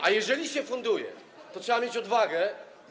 A jeżeli się funduje, to trzeba mieć odwagę wyjść.